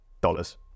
Dollars